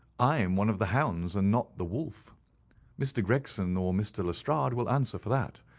i am one of the hounds and not the wolf mr. gregson or mr. lestrade will answer for that.